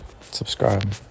Subscribe